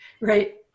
Right